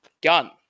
Gun